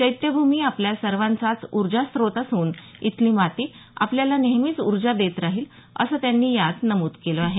चैत्यभूमी आपल्या सर्वाँचाच उर्जास्त्रोत असून इथली माती आपल्याला नेहमीच उर्जा देत राहील असं त्यांनी यात नमुद केलं आहे